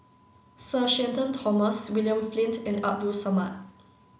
Sir Shenton Thomas William Flint and Abdul Samad